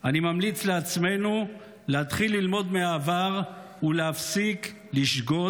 אני ממליץ לעצמנו להתחיל ללמוד מהעבר ולהפסיק לשגות באשליות.